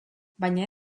baina